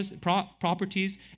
properties